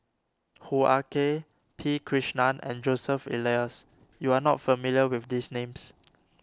Hoo Ah Kay P Krishnan and Joseph Elias you are not familiar with these names